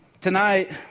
tonight